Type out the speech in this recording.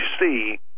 see